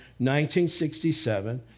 1967